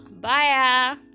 Bye